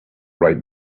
right